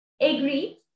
agreed